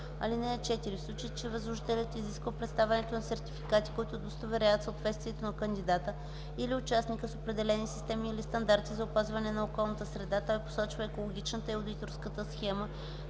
стандарти. (4) В случай че възложителят изисква представянето на сертификати, които удостоверяват съответствието на кандидата или участника с определени системи или стандарти за опазване на околната среда, той посочва екологичната и одиторската схема